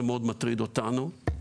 זה מאוד מטריד אותנו.